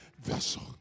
vessel